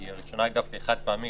כי הראשונה היא דווקא חד-פעמית.